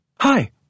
Hi